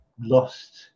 lost